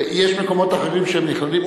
יש מקומות אחרים שהם נכללים?